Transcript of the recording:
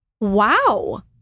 Wow